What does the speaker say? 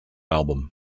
album